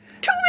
Two